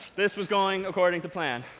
this was going according to plan.